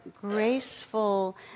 graceful